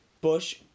Bush